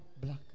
black